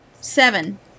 Seven